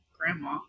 grandma